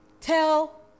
tell